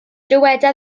dyweda